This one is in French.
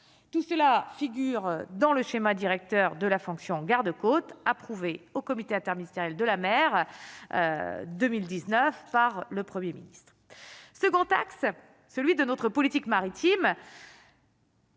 tout cela figure dans le schéma directeur de la fonction garde-côtes au comité interministériel de la mer 2019 par le 1er ministre second axe, celui de notre politique maritime.